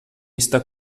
está